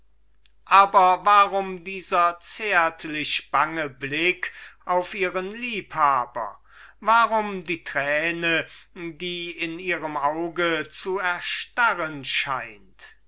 aber warum dieser zärtlichbange blick auf ihren liebhaber warum diese träne die in ihrem auge zu erstarren scheint